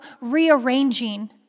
rearranging